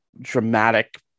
dramatic